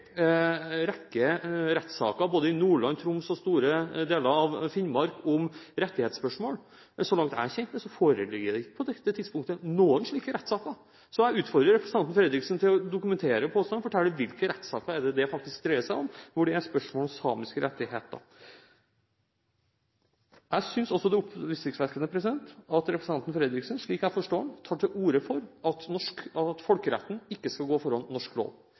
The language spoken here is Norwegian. rettssaker, i både Nordland, Troms og store deler av Finnmark, om rettighetsspørsmål. Så langt jeg er kjent med, foreligger det ikke på dette tidspunktet noen slike rettssaker. Så jeg utfordrer representanten Fredriksen til å dokumentere påstanden og fortelle hvilke rettssaker det faktisk dreier seg om, hvor det er spørsmål om samiske rettigheter. Jeg synes også det er oppsiktsvekkende at representanten Fredriksen, slik jeg forstår ham, tar til orde for at folkeretten ikke skal gå foran norsk lov.